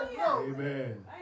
Amen